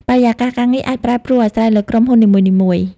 បរិយាកាសការងារអាចប្រែប្រួលអាស្រ័យលើក្រុមហ៊ុននីមួយៗ។